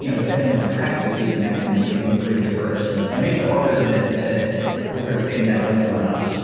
you know depending on your practice, even that can, that can be pretty diverse and it makes it harder to to just sort of pin down what's going on.